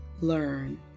learn